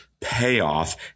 payoff